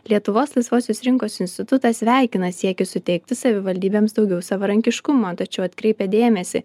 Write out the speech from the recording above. lietuvos laisvosios rinkos institutas sveikina siekį suteikti savivaldybėms daugiau savarankiškumo tačiau atkreipia dėmesį